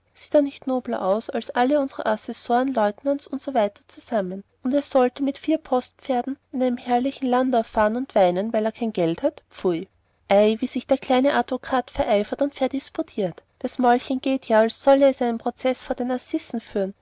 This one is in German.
sieht er nicht nobler aus als alle unsere assessoren leutnants und so weiter zusammen und er sollte mit vier postpferden in einem herrlichen landau fahren und weinen weil er kein geld hat pfui ei wie sich der kleine advokat vereifert und verdisputiert das mäulchen geht ja als sollte es einen prozeß vor den assisen führen